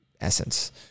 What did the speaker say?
essence